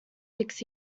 six